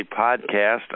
podcast